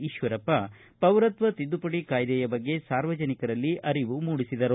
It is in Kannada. ಈಶ್ವರಪ್ಪ ಪೌರತ್ವ ತಿದ್ದುಪಡಿ ಕಾಯ್ದೆಯ ಬಗ್ಗೆ ಸಾರ್ವಜನಿಕರಲ್ಲಿ ಅರಿವು ಮೂಡಿಸಿದರು